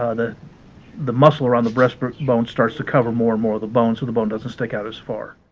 ah the the muscle around the breast but bone, starts to cover more and more of the bone so the bone doesn't stick out as far.